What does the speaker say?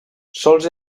sols